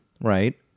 right